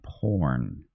porn